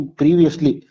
previously